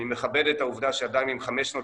אני מכבד את העובדה שאדם עם חמש שנות